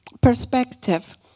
perspective